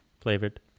flavored